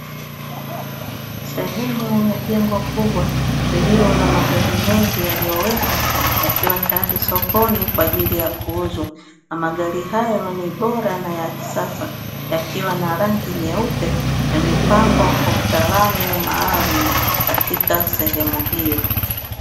Sehemu ya jengo kubwa iliyona Mlmagari mengi yaliyowekwa yakiwa tayari sokoni kwa ajili ya kuuzwa. Magari hayo ni bora na yakisasa yakiwa na rangi nyeupe na yamepangwa kwa utaalamu maalumu katika sehemu hiyo.